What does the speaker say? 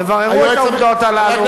תבררו את העובדות הללו,